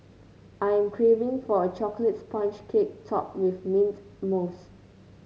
I am craving for a chocolate sponge cake topped with mint mousse